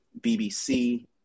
BBC